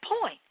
point